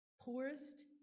poorest